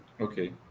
Okay